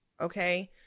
Okay